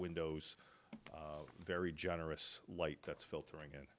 windows very generous light that's filtering i